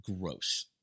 gross